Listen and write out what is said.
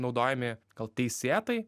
naudojami gal teisėtai